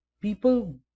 people